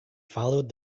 followed